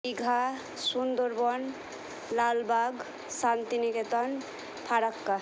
Digha Sundarban Lalbagh Shantiniketan Farakka